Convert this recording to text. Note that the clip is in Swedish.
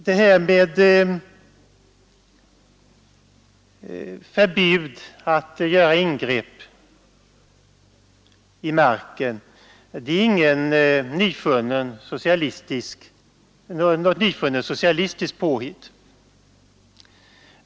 Det här med förbud att göra ingrepp när det gäller marken är inte något nyfunnet socialistiskt påhitt.